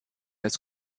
das